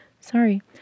Sorry